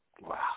Wow